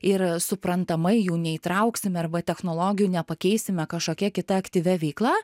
ir suprantamai jų neįtrauksime arba technologijų nepakeisime kažkokia kita aktyvia veikla